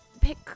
pick